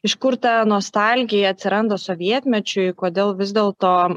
iš kur ta nostalgija atsiranda sovietmečiui kodėl vis dėl to